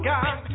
God